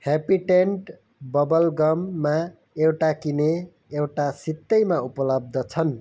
Happydent bubble गममा एउटा किने एउटा सित्तैमा उपलब्ध छन्